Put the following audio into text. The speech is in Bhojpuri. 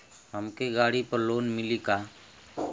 हमके गाड़ी पर लोन मिली का?